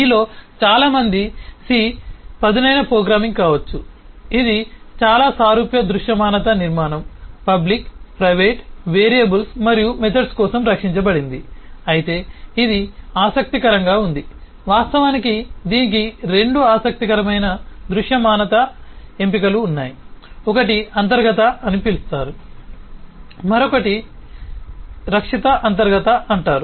మీలో చాలా మంది C పదునైన ప్రోగ్రామింగ్ కావచ్చు ఇది చాలా సారూప్య దృశ్యమానత నిర్మాణం పబ్లిక్ ప్రైవేట్ వేరియబుల్స్ మరియు మెథడ్స్ కోసం రక్షించబడింది అయితే ఇది ఆసక్తికరంగా ఉంది వాస్తవానికి దీనికి 2 ఆసక్తికరమైన దృశ్యమానత ఎంపికలు ఉన్నాయి ఒకటి అంతర్గత అని పిలుస్తారు మరొకటి రక్షిత అంతర్గత అంటారు